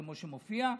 כמו שמופיע,